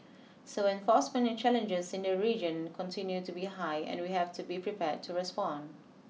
so enforcement challenges in the region continue to be high and we have to be prepared to respond